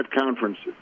conferences